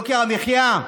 יוקר המחיה,